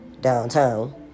downtown